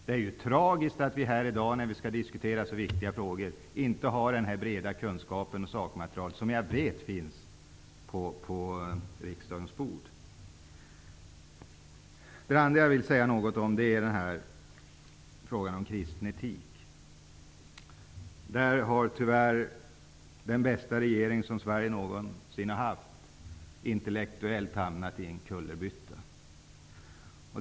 Det är tragiskt att vi i dag, när så här viktiga frågor skall diskuteras, inte har den breda kunskap som behövs och det sakmaterial som jag vet finns på regeringens bord. Vidare vill jag säga några ord i frågan om kristen etik. Tyvärr har den bästa regering som Sverige någonsin haft intellektuellt hamnat i en situation som kan liknas vid att man gjort en kullerbytta.